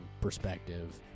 perspective